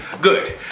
Good